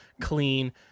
clean